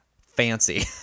fancy